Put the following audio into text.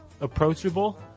approachable